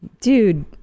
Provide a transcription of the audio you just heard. dude